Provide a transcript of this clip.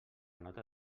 nota